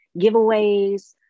giveaways